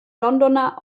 londoner